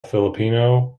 filipino